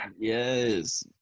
Yes